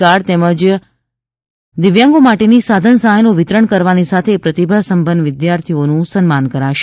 card તેમજ દિવ્યાંગો માટેની સાધન સહાયનું વિતરણ કરવાની સાથે પ્રતિભાસંપન્ન વિદ્યાર્થીઓનું સન્માન કરાશે